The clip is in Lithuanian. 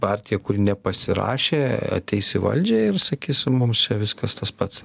partija kuri nepasirašė ateis į valdžią ir sakys mums čia viskas tas pats